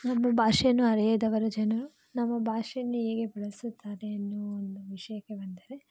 ನಮ್ಮ ಭಾಷೆಯನ್ನು ಅರಿಯದವರು ಜನರು ನಮ್ಮ ಭಾಷೆಯನ್ನು ಹೇಗೆ ಬಳಸುತ್ತಾರೆ ಎನ್ನುವ ಒಂದು ವಿಷಯಕ್ಕೆ ಬಂದರೆ